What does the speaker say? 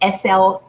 SL